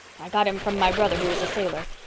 i got him from my brother who was a sailor.